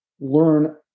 learn